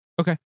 Okay